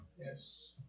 Yes